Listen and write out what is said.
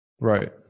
Right